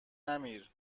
نمیر